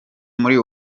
muri